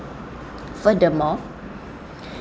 furthermore